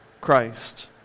Christ